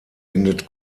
endet